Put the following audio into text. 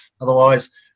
Otherwise